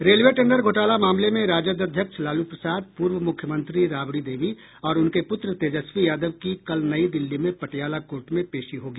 railway tender घोटाला मामले में राजद अध्यक्ष लालू प्रसाद पूर्व मुख्यमंत्री राबड़ी देवी और उनके पुत्र तेजस्वी यादव की कल नई दिल्ली में पटियाला कोर्ट में पेशी होगी